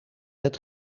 het